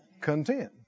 Content